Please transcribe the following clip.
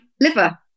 liver